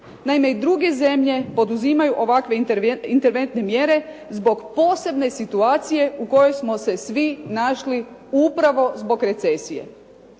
Naime, i druge zemlje poduzimaju ovakve interventne mjere zbog posebne situacije u kojoj smo se svi našli upravo zbog recesije.